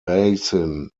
basin